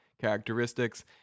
Characteristics